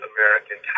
American